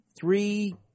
three